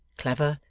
clever,